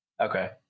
Okay